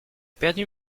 perdu